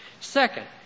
Second